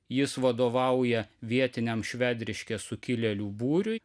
jis vadovauja vietiniam švedriškės sukilėlių būriui